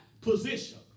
position